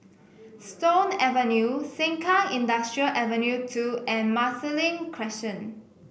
Stone Avenue Sengkang Industrial Ave New two and Marsiling Crescent